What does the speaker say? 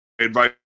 advice